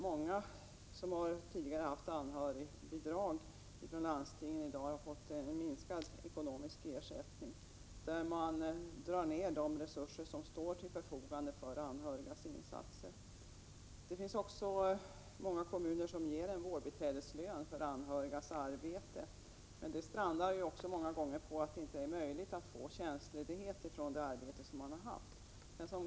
Många som tidigare har haft anhörigbidrag från landstingen har fått sin ekonomiska ersättning minskad, när man i dag drar ned på resurser som står till förfogande för anhörigas insatser. Det finns också många kommuner som ger en vårdbiträdeslön för anhörigas arbete. Men detta strandar många gånger på att de anhöriga inte har möjlighet att få tjänstledighet från sina arbeten.